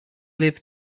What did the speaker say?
live